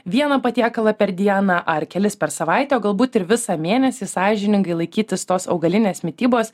vieną patiekalą per dieną ar kelis per savaitę galbūt ir visą mėnesį sąžiningai laikytis tos augalinės mitybos